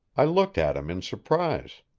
i looked at him in surprise.